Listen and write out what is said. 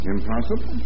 Impossible